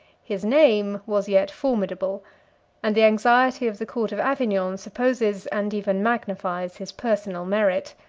his name was yet formidable and the anxiety of the court of avignon supposes, and even magnifies, his personal merit.